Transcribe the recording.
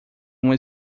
uma